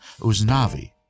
Uznavi